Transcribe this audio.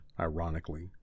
ironically